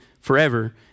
forever